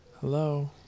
Hello